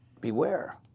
beware